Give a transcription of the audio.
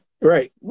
right